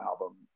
album